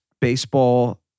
baseball